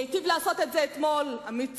והיטיב לעשות את זה אתמול עמית סגל.